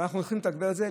ואנחנו הולכים לתגבר אותו,